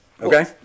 okay